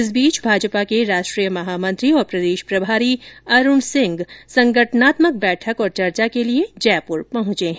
इस बीच भाजपा के राष्ट्रीयी महामंत्री और प्रदेश प्रभारी अरूण सिंह संगठनात्मक बैठक और चर्चा के लिए जयपुर पहुंचे हैं